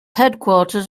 headquarters